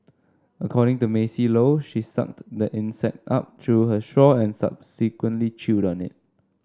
according to Maisie Low she sucked the insect up through her straw and subsequently chewed on it